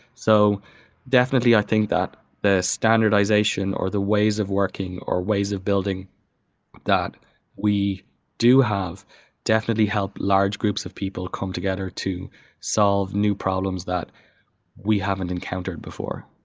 so definitely, i think that the standardization or the ways of working or ways of building that we do have definitely helped large groups of people come together to solve new problems that we haven't encountered before